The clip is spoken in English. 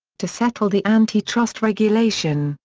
to settle the anti-trust regulation,